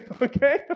okay